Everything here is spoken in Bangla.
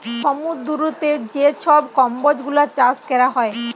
সমুদ্দুরেতে যে ছব কম্বজ গুলা চাষ ক্যরা হ্যয়